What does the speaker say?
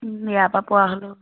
ইয়াৰপৰা পোৱা হ'লেও